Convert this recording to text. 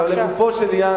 בבקשה.